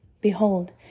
Behold